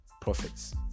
profits